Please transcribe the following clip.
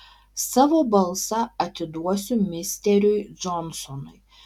savo balsą atiduosiu misteriui džonsonui